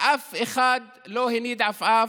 ואף אחד לא הניד עפעף,